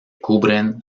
cubren